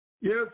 Yes